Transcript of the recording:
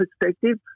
perspective